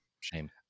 shame